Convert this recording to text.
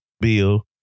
bill